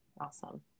Awesome